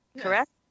correct